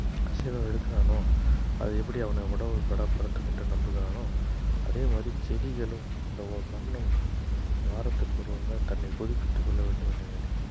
அசைவம் எடுக்கறானோ அதை எப்படி அவனை உடல்படப்படுத்தும் என்ற நம்புகிறானோ அதே மாதிரி செடிகளும் இந்த ஓ மண்ணும் வாரத்திற்கு ஒரு தடவை தன்னை புதுப்பித்துகொள்ள வேண்டும் என்று நினைச்சோம்